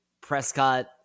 Prescott